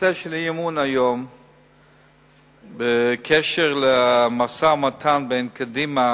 הנושא של האי-אמון היום בקשר למשא-ומתן בין קדימה